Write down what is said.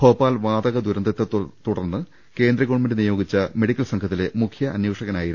ഭോപ്പാൽ വാതകദുരന്തത്തെ തുടർന്ന് കേന്ദ്രഗവൺമെന്റ് നിയോഗിച്ച മെഡിക്കൽ സംഘത്തിലെ മുഖ്യ അന്വേഷകനായിരുന്നു